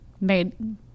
made